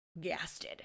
gasted